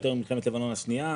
יותר ממלחמת לבנון השנייה,